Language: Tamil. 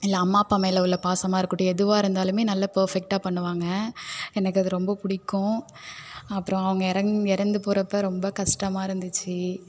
இல்லை அம்மா அப்பா மேல உள்ள பாசமாக இருக்கட்டும் எதுவாக இருந்தாலும் நல்ல பர்ஃபெக்டாக பண்ணுவாங்க எனக்கு அது ரொம்ப பிடிக்கும் அப்புறம் அவங்க எறங் இறந்து போகிறப்ப ரொம்ப கஷ்டமா இருந்துடுச்சி